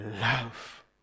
love